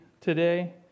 today